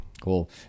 Cool